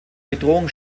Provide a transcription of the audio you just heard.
bedrohung